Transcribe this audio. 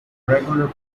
regular